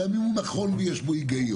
גם אם הוא נכון ויש בו היגיון.